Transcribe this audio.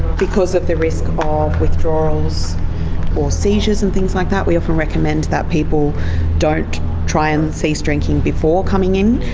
because of the risk of withdrawals or seizures and things like that we often recommend that people don't try and cease drinking before coming in,